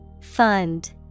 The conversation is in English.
Fund